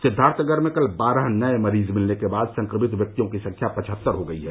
सिद्वार्थ नगर में कल बारह नए मरीज मिलने के बाद संक्रमित व्यक्तियों की संख्या पचहत्तर हो गई है